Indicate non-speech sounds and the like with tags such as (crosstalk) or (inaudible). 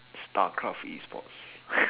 starcraft E sports (noise)